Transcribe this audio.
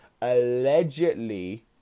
allegedly